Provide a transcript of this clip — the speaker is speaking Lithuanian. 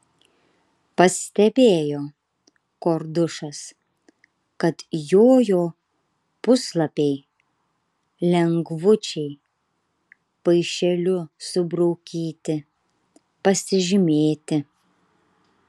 pastebėjo kordušas kad jojo puslapiai lengvučiai paišeliu subraukyti pasižymėti